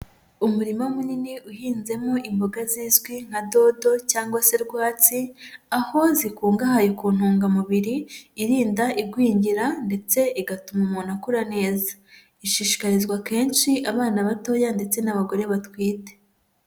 Umurima munini uhinzemo imboga zizwi nka dodo cyangwa se rwatsi, aho zikungahaye ku ntungamubiri irinda igwingira ndetse igatuma umuntu akura neza. Ishishikarizwa kenshi abana batoya ndetse n'abagore batwite.